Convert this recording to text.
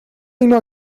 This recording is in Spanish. ainhoa